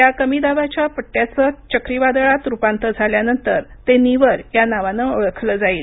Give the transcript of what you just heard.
या कमी दाबाच्या पट्टयाचं चक्रीवादळात रुपांतर झाल्यानंतर ते निवर या नावानं ओळखलं जाईल